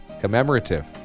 Commemorative